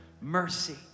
mercy